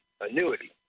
annuity